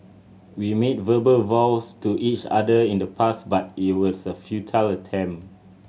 we made verbal vows to each other in the past but it was a futile attempt